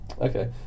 Okay